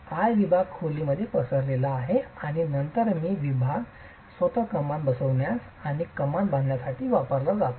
I विभाग खोलीमध्ये पसरलेला आहे आणि नंतर मी विभाग स्वतः कमान बसविण्यास आणि कमान बांधण्यासाठी वापरला जातो